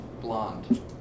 Blonde